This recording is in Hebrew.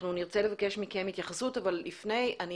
אנחנו נרצה לבקש מכם התייחסות אבל לפני כן אני